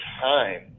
time